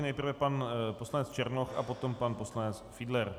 Nejprve pan poslanec Černoch a potom pan poslanec Fiedler.